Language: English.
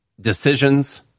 decisions